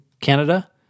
Canada